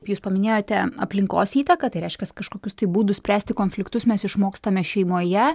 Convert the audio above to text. jūs paminėjote aplinkos įtaką tai reiškias kažkokius tai būdų spręsti konfliktus mes išmokstame šeimoje